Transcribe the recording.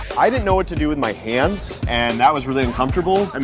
i didn't know what to do with my hands and that was really uncomfortable. and